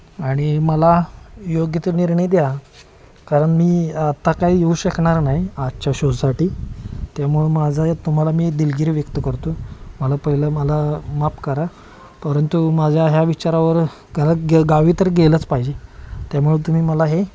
आणि मला योग्य तो निर्णय द्या कारण मी आत्ता काही येऊ शकणार नाही आजच्या शोसाठी त्यामुळे माझं तुम्हाला मी दिलगिरी व्यक्त करतो मला पहिलं मला माफ करा परंतु माझ्या ह्या विचारावर घरात ग गावी तर गेलंच पाहिजे त्यामुळे तुम्ही मला हे